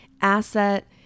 asset